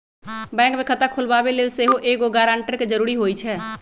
bank में खता खोलबाबे लेल सेहो एगो गरानटर के जरूरी होइ छै